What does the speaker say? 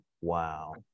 wow